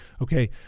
Okay